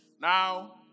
Now